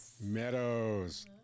Meadows